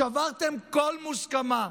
שברתם כל מוסכמה,